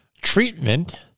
treatment